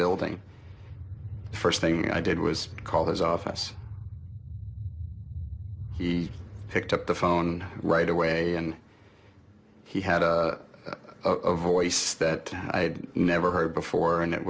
building the first thing i did was call his office he picked up the phone right away and he had a voice that i'd never heard before and it